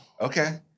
Okay